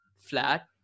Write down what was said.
flat